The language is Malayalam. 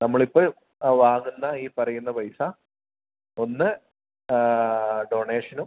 നമ്മൾ ഇപ്പോൾ വാങ്ങുന്ന ഈ പറയുന്ന പൈസ ഒന്ന് ഡൊണേഷനും